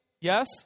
Yes